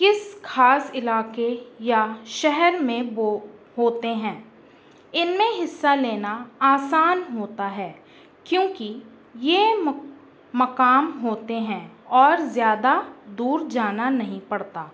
کس کھاص علاقے یا شہر میں ہوتے ہیں ان میں حصہ لینا آسان ہوتا ہے کیونکہ یہ مقام ہوتے ہیں اور زیادہ دور جانا نہیں پڑتا